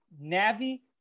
Navi